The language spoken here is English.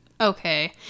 Okay